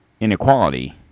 inequality